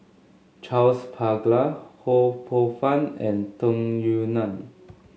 Charles Paglar Ho Poh Fun and Tung Yue Nang